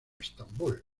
estambul